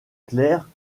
claire